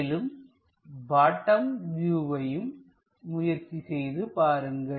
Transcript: மேலும் பாட்டம் வியூவையும் முயற்சி செய்து பாருங்கள்